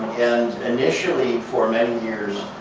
and initially, for many years,